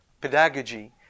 pedagogy